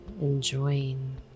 enjoying